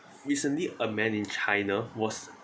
recently a man in china was